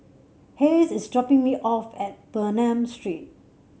Hayes is dropping me off at Bernam Street